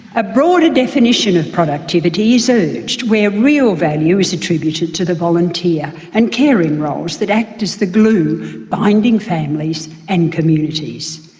a broader definition of productivity is urged where real value is attributed to the volunteer and caring roles that act as the glue binding families and communities.